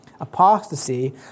Apostasy